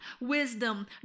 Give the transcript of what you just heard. wisdom